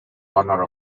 corner